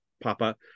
Papa